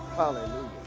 Hallelujah